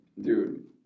Dude